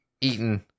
...eaten